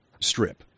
strip